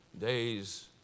Days